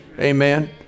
Amen